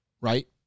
right